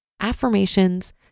affirmations